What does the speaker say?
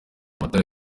amatara